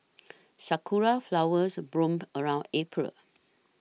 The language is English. sakura flowers bloom around April